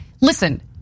listen